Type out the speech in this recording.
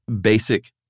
basic